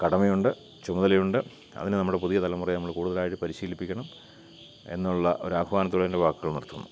കടമയുണ്ട് ചുമതലയുണ്ട് അതിന് നമ്മൾ പുതിയ തലമുറയെ നമ്മൾ കൂടുതലായിട്ട് പരിശീലിപ്പിക്കണം എന്നുള്ള ഒരാഹ്വാനത്തോടെ എൻ്റെ വാക്കുകൾ നിർത്തുന്നു